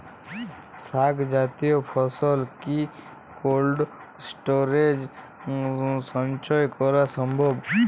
শাক জাতীয় ফসল কি কোল্ড স্টোরেজে সঞ্চয় করা সম্ভব?